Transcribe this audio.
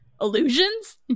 illusions